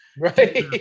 Right